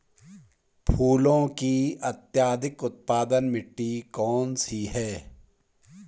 फूलों की अत्यधिक उत्पादन मिट्टी कौन सी है?